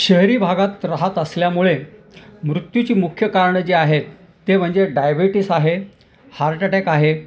शहरी भागात राहात असल्यामुळे मृत्यूची मुख्य कारणं जी आहेत ते म्हणजे डायबेटीस आहे हार्टटॅक आहे